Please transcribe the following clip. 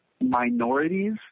minorities